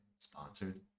sponsored